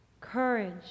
courage